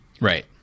Right